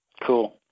cool